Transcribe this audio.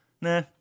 Nah